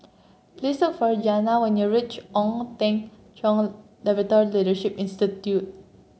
please sir for Janay when you reach Ong Teng Cheong Labourt Leadership Institute